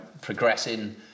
progressing